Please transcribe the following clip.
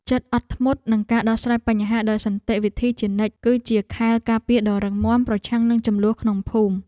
ចិត្តអត់ធ្មត់និងការដោះស្រាយបញ្ហាដោយសន្តិវិធីជានិច្ច គឺជាខែលការពារដ៏រឹងមាំប្រឆាំងនឹងជម្លោះក្នុងភូមិ។